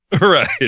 Right